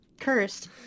cursed